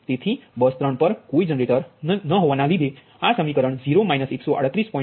તેથી બસ 3 પર કોઈ જનરેટર નથી તેથી આ સમીકરણ 0 138